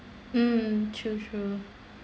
um true true